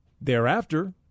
thereafter